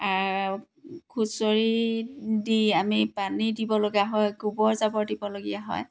খুচৰি দি আমি পানী দিব লগা হয় গোবৰ জাবৰ দিব লগীয়া হয়